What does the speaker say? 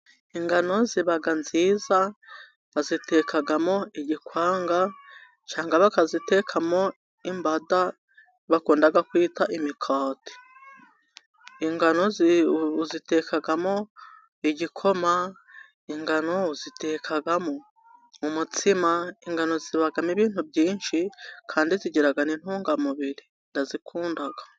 Ingano ziba nziza. Bazitekamo igikwanga cyangwa bakazitekamo imbada bakunda kwita imikati. Ingano uzitekamo igikoma, ingano uzitekamo umutsima. Ingano zibamo ibintu byinshi kandi zigira n'intungamubiri. Ndazikunda.